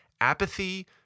apathy